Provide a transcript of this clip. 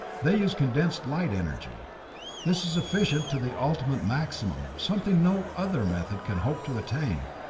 they use condensed light-energy. this is efficient to the ultimate maximum, something no other method can hope to attain.